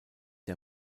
der